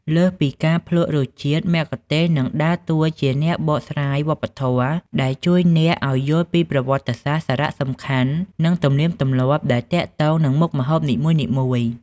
លើសពីការភ្លក្សរសជាតិ មគ្គុទ្ទេសក៍នឹងដើរតួជាអ្នកបកស្រាយវប្បធម៌ ដែលជួយអ្នកឱ្យយល់ពីប្រវត្តិ សារៈសំខាន់ និងទំនៀមទម្លាប់ដែលទាក់ទងនឹងមុខម្ហូបនីមួយៗ។